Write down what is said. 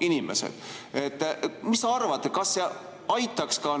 inimesed. Mis sa arvad, kas see aitaks kaasa